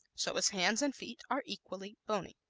so his hands and feet are equally bony.